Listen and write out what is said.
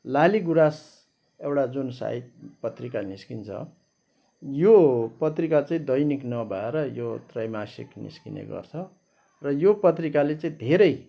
लालि गुराँस एउटा जुन साहित्यिक पत्रिका निस्किन्छ यो पत्रिका चाहिँ दैनिक नभएर यो त्रयमासिक निस्किने गर्छ र यो पत्रिकाले चाहिँ धेरै